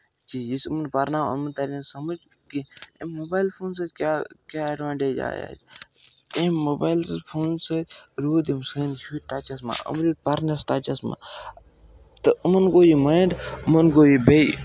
چیٖز یُس یِمَن پَرناوان یِمَن تَر سَمٕجھ کینٛہہ اَمہِ موبایل فون سۭتۍ کیٛاہ کیٛاہ اٮ۪ڈوانٹیج آیہِ اَسہِ أمۍ موبایلَس فون سۭتۍ روٗد یِم سٲنِس شُرۍ ٹَچَس منٛز أمۍ روٗدۍ پَرنَس ٹَچَس منٛز تہٕ یِمَن گوٚو یہِ مایِنٛڈ یِمَن گوٚو یہِ بیٚیہِ